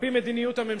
על-פי מדיניות הממשלה,